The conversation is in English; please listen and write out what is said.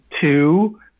two